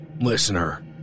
Listener